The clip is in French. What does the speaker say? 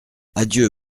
adieu